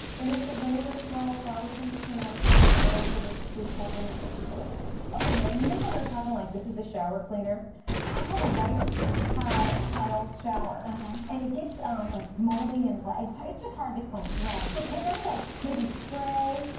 and if the vinegar smell bothers you, you can add essential oil to this, too. peppermint is really nice. okay. now, and you know how we were talking, like this is the shower cleaner i have a white tiled tiled shower and it gets um like moldy and black. its just hard to clean. so, can i like maybe spray